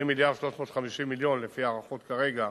2.350 מיליארד לפי ההערכות כרגע,